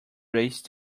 raise